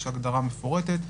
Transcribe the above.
יש הגדרה מפורטת.